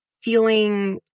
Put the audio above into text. feeling